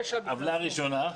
עוולה ראשונה,